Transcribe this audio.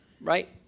right